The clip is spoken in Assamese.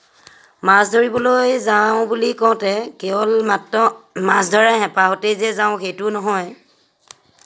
মাছ ধৰিবলৈ যাওঁ বুলি কওঁতে কেৱল মাত্ৰ মাছ ধৰাৰ হেপাহতেই যে যাওঁ সেইটো নহয়